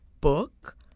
book